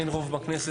אין רוב בכנסת,